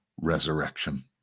resurrection